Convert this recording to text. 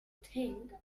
think